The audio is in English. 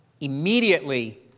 Immediately